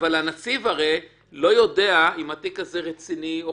הרי הנציב לא יודע אם התיק הזה רציני או